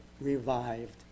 revived